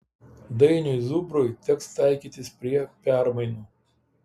dainiui zubrui teks taikytis prie permainų